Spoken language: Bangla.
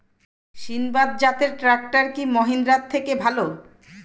সিণবাদ জাতের ট্রাকটার কি মহিন্দ্রার থেকে ভালো?